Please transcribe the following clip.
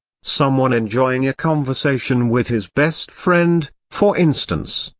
someone enjoying a conversation with his best friend, for instance,